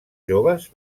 joves